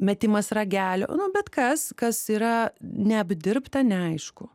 metimas ragelio nu bet kas kas yra neapdirbta neaišku